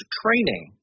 training